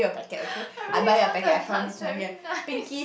I really want the nuts very nice